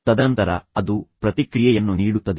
ತದನಂತರ ಅದು ಪ್ರತಿಕ್ರಿಯೆ ಅಥವಾ ಪ್ರತಿಕ್ರಿಯೆಯನ್ನು ನೀಡುತ್ತದೆ